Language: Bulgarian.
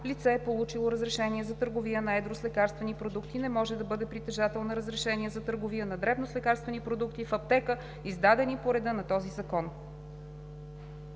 Лице, получило разрешение за търговия на едро с лекарствени продукти, не може да бъде притежател на разрешение за търговия на дребно с лекарствени продукти в аптека, издадени по реда на този закон.“